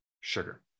sugar